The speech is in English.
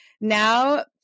now